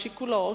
לשיקולו,